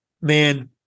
man